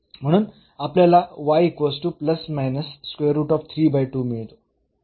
म्हणून आपल्याला मिळतो